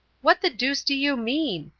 what the deuce do you mean?